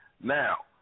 Now